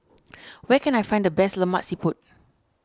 where can I find the best Lemak Siput